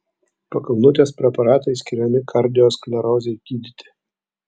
pakalnutės preparatai skiriami kardiosklerozei gydyti